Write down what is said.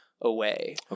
away